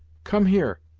come here,